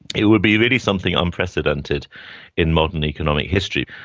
it would be really something unprecedented in modern economic history.